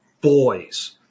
boys